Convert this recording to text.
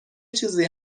چیزی